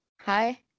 hi